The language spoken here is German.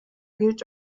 gilt